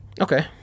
Okay